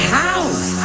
house